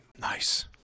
Nice